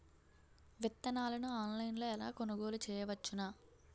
విత్తనాలను ఆన్లైన్లో ఎలా కొనుగోలు చేయవచ్చున?